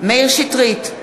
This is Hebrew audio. מאיר שטרית,